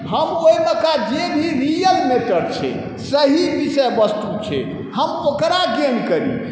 हम ओहिमेका जे भी रियल मैटर छै सही विषय वस्तु छै हम ओकरा गेन करी